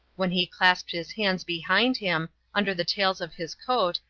when he clasped his hands behind him, under the tails of his coat,